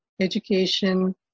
education